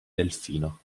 delfino